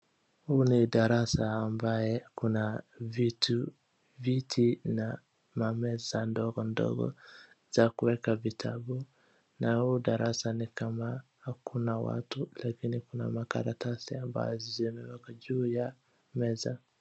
Huu ni darasa ambaye kuna viti na mameza ndogo ndogo za kueka vitabu na huu darasa ni kama hakuna watu lakini kuna makaratsi ambazo zimewekwa juu ya meza.